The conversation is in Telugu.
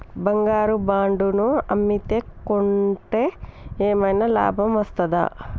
బంగారు బాండు ను అమ్మితే కొంటే ఏమైనా లాభం వస్తదా?